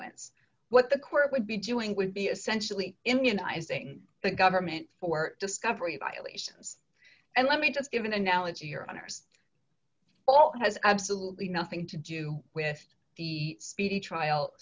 e what the court would be doing would be essentially immunizing the government for discovery violations and let me just give an analogy your honour's all it has absolutely nothing to do with the speedy trial